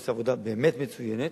שעושה עבודה באמת מצוינת,